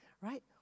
right